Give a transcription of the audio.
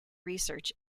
research